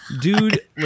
Dude